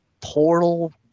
portal